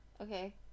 okay